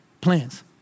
plans